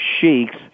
Sheik's